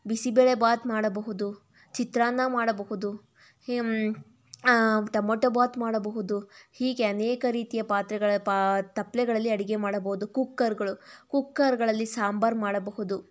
ಬಿಸಿಬೇಳೆಬಾತ್ ಮಾಡಬಹುದು ಚಿತ್ರಾನ್ನ ಮಾಡಬಹುದು ಟೊಮಾಟೋಬಾತ್ ಮಾಡಬಹುದು ಹೀಗೆ ಅನೇಕ ರೀತಿಯ ಪಾತ್ರೆಗಳ ಪಾ ತಪ್ಪಲೆಗಳಲ್ಲಿ ಅಡುಗೆ ಮಾಡಬಹುದು ಕುಕ್ಕರ್ಗಳು ಕುಕ್ಕರ್ಗಳಲ್ಲಿ ಸಾಂಬಾರು ಮಾಡಬಹುದು